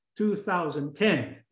2010